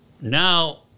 now